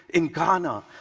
in ghana,